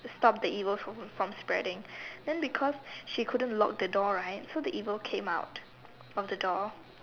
to stop the evil from from spreading then because she couldn't lock the door right so the evil came out from the door